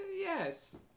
Yes